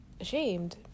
ashamed